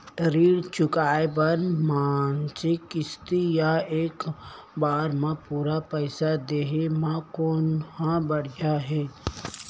ऋण चुकोय बर मासिक किस्ती या एक बार म पूरा पइसा देहे म कोन ह बढ़िया हे?